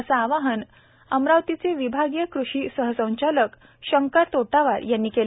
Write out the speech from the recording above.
असे आवाहन अमरावती विभागीय कृषी सहसंचालक शंकर तोटावार यांनी केले